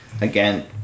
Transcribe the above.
Again